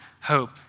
hope